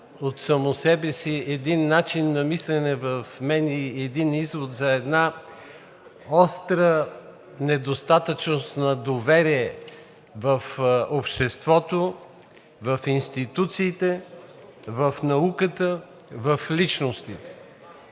от само себе си един начин на мислене и един извод за една остра недостатъчност на доверие в обществото в институциите, в науката, в личностите.